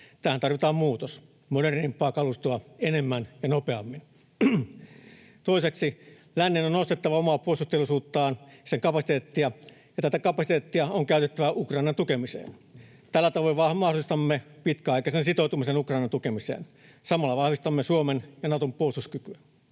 Tähän tarvitaan muutos: modernimpaa kalustoa, enemmän ja nopeammin. Toiseksi, lännen on nostettava omaa puolustusteollisuuden kapasiteettiaan, ja tätä kapasiteettia on käytettävä Ukrainan tukemiseen. Tällä tavoin mahdollistamme pitkäaikaisen sitoutumisen Ukrainan tukemiseen. Samalla vahvistamme Suomen ja Naton puolustuskykyä.